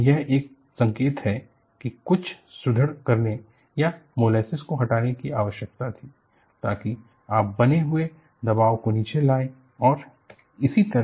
यह एक संकेत है कि कुछ सुदृढ़ करने या मोलेसेस को हटाने की आवश्यकता थी ताकि आप बने हुए दबाव को नीचे लाएं और इसी तरह